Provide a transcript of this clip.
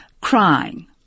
crying